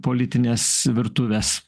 politinės virtuvės